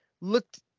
looked